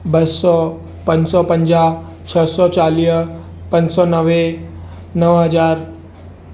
ॿ सौ पंज सौ पंजाह छह सौ चालीह पंज सौ नवे नव हज़ार